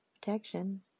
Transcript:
protection